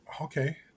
Okay